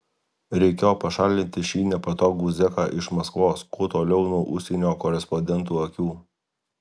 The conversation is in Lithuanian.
reikėjo pašalinti šį nepatogų zeką iš maskvos kuo toliau nuo užsienio korespondentų akių